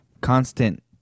constant